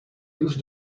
use